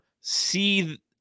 see